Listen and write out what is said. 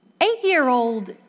Eight-year-old